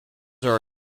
are